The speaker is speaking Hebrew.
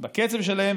בקצב שלהם,